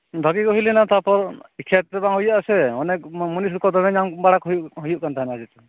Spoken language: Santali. ᱵᱷᱟᱹᱜᱤ ᱜᱮ ᱦᱩᱭ ᱞᱮᱱᱟ ᱛᱟᱨᱯᱚᱨ ᱤᱪᱪᱷᱟᱹ ᱞᱮᱠᱷᱟᱱ ᱫᱚ ᱵᱟᱝ ᱦᱩᱭᱩᱜᱼᱟ ᱥᱮ ᱚᱱᱮ ᱢᱩᱱᱤᱥ ᱠᱚ ᱫᱚᱢᱮ ᱧᱟᱢ ᱵᱟᱲᱟ ᱠᱚ ᱦᱩᱭᱩᱜ ᱦᱩᱭᱩᱜ ᱠᱟᱱ ᱛᱟᱦᱮᱸᱱᱟ ᱟᱨᱠᱤ